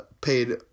paid